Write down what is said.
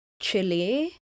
chili